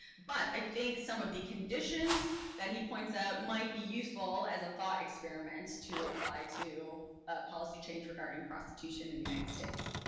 but i think some of the conditions that he points out might be useful as a thought experiment to apply to ah policy change regarding prostitution in the united states.